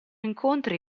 incontri